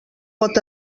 pot